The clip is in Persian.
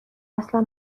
اصلا